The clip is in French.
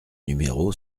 numéro